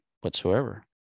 whatsoever